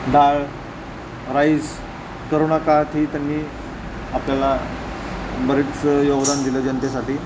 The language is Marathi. डाळ राईस करोणा काळातही त्यांनी आपल्याला बरेच योगदान दिलं जनतेसाठी